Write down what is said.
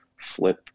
Flip